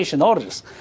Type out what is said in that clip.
orders